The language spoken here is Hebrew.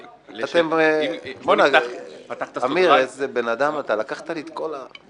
בוא הנה, אמיר, איזה בן אדם אתה, לקחת לי את כל,